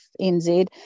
NZ